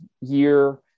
year